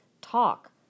Talk